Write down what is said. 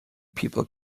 people